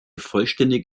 vollständig